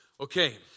Okay